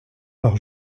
par